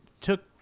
took